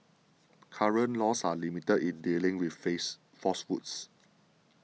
current laws are limited in dealing with face falsehoods